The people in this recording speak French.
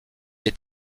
est